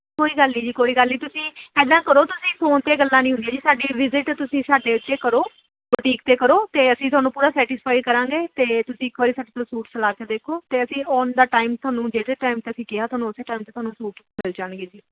ਕੋਈ ਗੱਲ ਨਹੀਂ ਜੀ ਕੋਈ ਗੱਲ ਨਹੀਂ ਤੁਸੀਂ ਇੱਦਾਂ ਕਰੋ ਤੁਸੀਂ ਫੋਨ 'ਤੇ ਗੱਲਾਂ ਨਹੀਂ ਹੁੰਦੀਆਂ ਜੀ ਸਾਡੀ ਵਿਜਿਟ ਤੁਸੀਂ ਸਾਡੇ ਉੱਥੇ ਕਰੋ ਬੁਟੀਕ 'ਤੇ ਕਰੋ ਅਤੇ ਅਸੀਂ ਤੁਹਾਨੂੰ ਪੂਰਾ ਸੈਟਿਸਫਾਈ ਕਰਾਂਗੇ ਤੇ ਤੁਸੀਂ ਇੱਕ ਵਾਰੀ ਸਾਡੇ ਤੋਂ ਸੂਟ ਸਿਲਾ ਕੇ ਦੇਖੋ ਅਤੇ ਅਸੀਂ ਔਨ ਦਾ ਟਾਈਮ ਤੁਹਾਨੂੰ ਜਿਹੜੇ ਟਾਈਮ 'ਤੇ ਅਸੀਂ ਕਿਹਾ ਤੁਹਾਨੂੰ ਓਸੇ ਟਾਈਮ 'ਤੇ ਤੁਹਾਨੂੰ ਸੂਟ ਮਿਲ ਜਾਣਗੇ ਜੀ